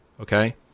Okay